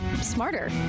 smarter